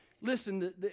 Listen